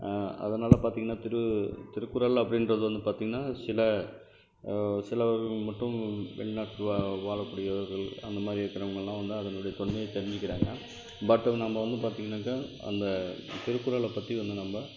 அதனால் பார்த்தீங்கன்னா திரு திருக்குறள் அப்படின்றது வந்து பார்த்தீங்கன்னா சில சிலவங்க மட்டும் வெளிநாட்டில் வாழக்கூடியவர்கள் அந்த மாதிரி இருக்கிறவங்கள்லாம் வந்தால் அதனுடைய தொன்மையை தெரிஞ்சுக்கிறாங்க பட்டு நம்ம வந்து பார்த்தீங்கன்னாக்கா அந்த திருக்குறளை பற்றி வந்து நம்ம